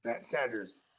Sanders